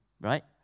right